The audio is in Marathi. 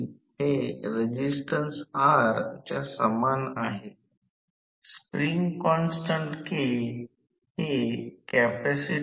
तर याचा अर्थ असा आहे की आकृती 8a मध्ये आहे म्हणून हे दोन जोडले तर ते r2 ' s असेल